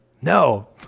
No